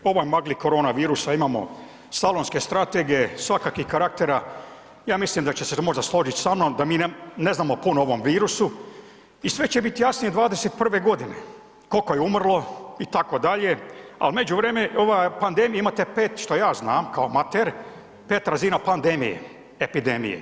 U ovoj magli koronavirusa imamo salonske strategije, svakakvih karaktera, ja mislim da ćete se možda složiti sa mnom da mi ne znamo puno o ovom virusu i sve će biti jasnije '21. g. koliko je umrlo, itd., a u međuvremenu ova pandemije imate 5, što ja znam kao amater, 5 razina pandemije, epidemije.